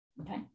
Okay